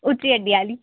उच्ची अड्डी आह्ली